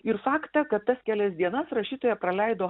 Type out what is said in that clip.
ir faktą kad tas kelias dienas rašytoja praleido